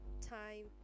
time